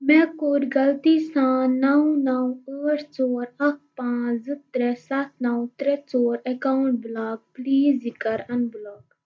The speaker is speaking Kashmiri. مےٚ کوٚر غلطی سان نَو نَو ٲٹھ ژور اَکھ پانٛژ زٕ ترٛےٚ سَتھ نَو ترٛےٚ ژور اکاوُنٛٹ بُلاک پُلیٖز یہِ کَر اَن بُلاک